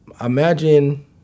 imagine